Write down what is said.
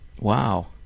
Wow